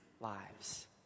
lives